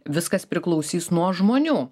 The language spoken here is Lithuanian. viskas priklausys nuo žmonių